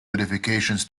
modifications